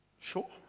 sure